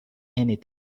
anything